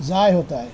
ضائع ہوتا ہے